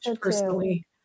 personally